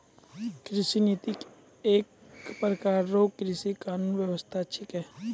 कृषि नीति एक प्रकार रो कृषि कानून व्यबस्था छिकै